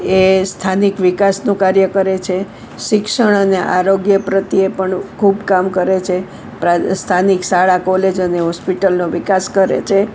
એ સ્થાનિક વિકાસનુ કાર્ય કરે છે શિક્ષણ અને આરોગ્ય પ્રત્યે પણ ખૂબ કામ કરે છે સ્થાનિક શાળા કોલેજ અને હોસ્પિટલનો વિકાસ કરે છે